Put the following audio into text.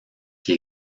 qui